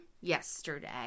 yesterday